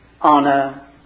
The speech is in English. honor